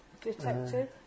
Detective